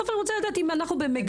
אבל בסוף אני רוצה לדעת אם אנחנו במגמה.